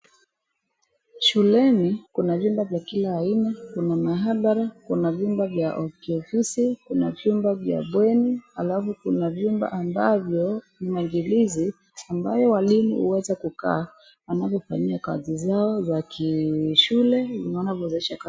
shuleni kuna vyumba vya kila aina kuna mahabara, kuna vyumba vya kiofisi kuna vyumba vya bweni alafu kuna vyumba ambavyo ni majilisi ambayo walimu huweza kukaa ambavyo hufanyia kazi zao za kishule